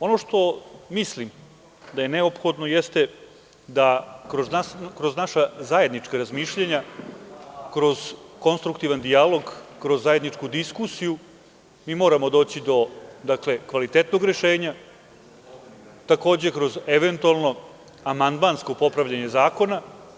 Ono što mislim da je neophodno jeste da kroz naša zajednička razmišljanja, kroz konstruktivan dijalog, kroz zajedničku diskusiju, mimoramo doći do kvalitetnog rešenja, takođe kroz eventualno amandmansko popravljanje zakona.